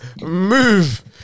Move